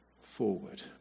forward